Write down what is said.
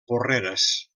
porreres